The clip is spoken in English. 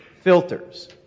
filters